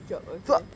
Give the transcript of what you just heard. drop okay